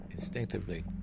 Instinctively